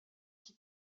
qui